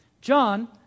John